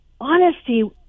Honesty